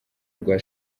rwa